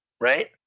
right